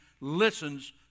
listens